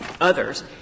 others